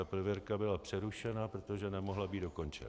Prověrka byla přerušena, protože nemohla být dokončena.